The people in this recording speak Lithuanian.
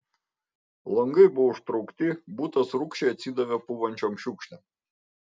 langai buvo užtraukti butas rūgščiai atsidavė pūvančiom šiukšlėm